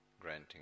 granting